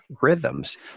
rhythms